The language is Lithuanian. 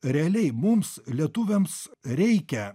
realiai mums lietuviams reikia